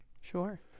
Sure